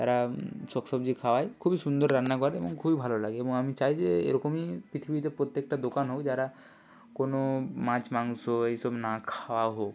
তারা শাক সবজি খাওয়ায় খুবই সুন্দর রান্না করে এবং খুবই ভালো লাগে এবং আমি চাই যে এরকমই পৃথিবীতে প্রত্যেকটা দোকান হোক যারা কোনো মাছ মাংস এসব না খাওয়া হোক